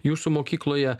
jūsų mokykloje